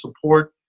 support